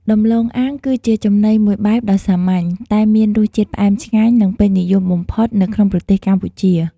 ដំឡូងអាំង គឺជាចំណីមួយបែបដ៏សាមញ្ញ តែមានរសជាតិផ្អែមឆ្ងាញ់ និងពេញនិយមបំផុតនៅក្នុងប្រទេសកម្ពុជា។